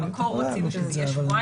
במקור רצינו שזה יהיה שבועיים,